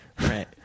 Right